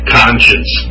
conscience